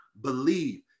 believe